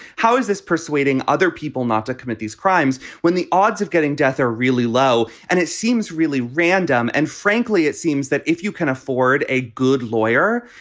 how is this persuading other people not to commit these crimes when the odds of getting death are really low? and it seems really random. and frankly, it seems that if you can afford a good lawyer,